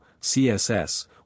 CSS